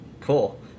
Cool